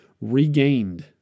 regained